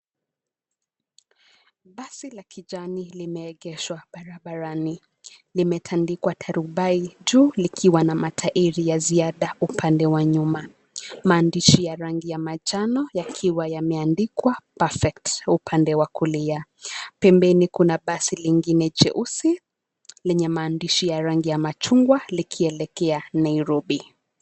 Basi la kijani limeegeshwa barabarani. Limetandikwa tarubai juu likiwa na matairi ya ziada upande wa nyuma. Maandishi ya rangi ya manjano yakiwa yameandikwa perfect upande wa kulia. Pembeni kuna basi lingine jeusi lenye maandishi ya rangi ya machungwa likielekea Nairobi.